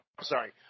sorry